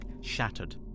shattered